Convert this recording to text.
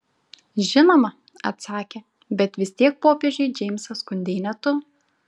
žinoma atsakė bet vis tiek popiežiui džeimsą skundei ne tu